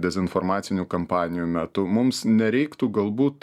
dezinformacinių kampanijų metu mums nereiktų galbūt